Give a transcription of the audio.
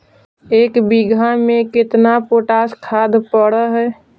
एक बिघा में केतना पोटास खाद पड़ है?